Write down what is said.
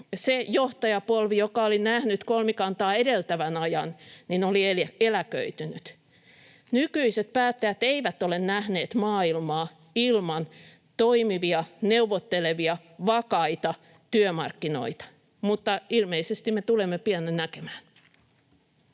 se johtajapolvi, joka oli nähnyt kolmikantaa edeltävän ajan, oli eläköitynyt. Nykyiset päättäjät eivät ole nähneet maailmaa ilman toimivia, neuvottelevia, vakaita työmarkkinoita, mutta ilmeisesti me tulemme pian ne näkemään.